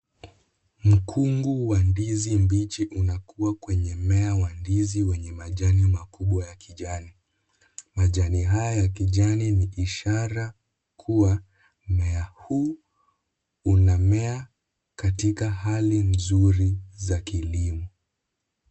Mkungu wa ndizi mbichi unakuwa kwenye mmea wa ndizi wenye majani makubwa ya kijani. Majani haya ya kijani ni ishara kuwa mmea huu unamea katika hali nzuri za kilimo.